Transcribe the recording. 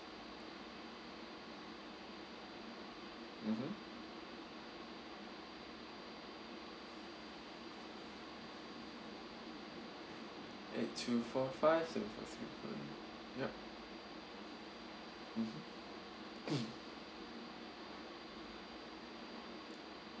mmhmm eight two four five six one six one ya mmhmm